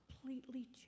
completely